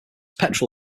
petrol